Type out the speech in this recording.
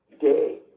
day